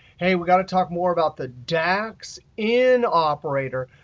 hey, we've got to talk more about the dax in operator,